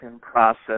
process